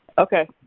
Okay